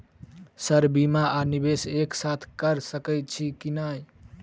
Sir बीमा आ निवेश एक साथ करऽ सकै छी की न ई?